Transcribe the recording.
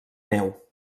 neu